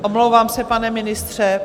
Omlouvám se, pane ministře.